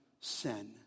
sin